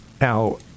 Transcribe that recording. Now